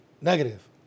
Negative